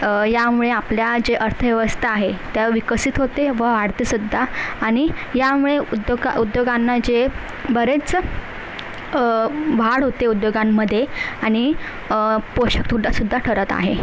ह्यामुळे आपल्या जे अर्थव्यवस्था आहे त्या विकसित होते व वाढते सुद्धा आणि ह्यामुळे उद्योग उद्योगांना जे बरेच वाढ होते उद्योगांमध्ये आणि पोषकपूर्ण सुद्धा ठरत आहे